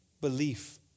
belief